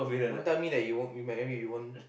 don't tell me you won't you marry you won't